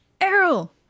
Errol